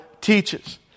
teaches